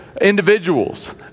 individuals